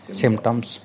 symptoms